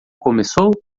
começou